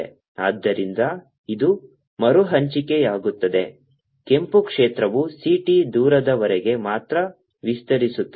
ಆದ್ದರಿಂದ ಇದು ಮರುಹಂಚಿಕೆಯಾಗುತ್ತದೆ ಕೆಂಪು ಕ್ಷೇತ್ರವು c t ದೂರದವರೆಗೆ ಮಾತ್ರ ವಿಸ್ತರಿಸುತ್ತದೆ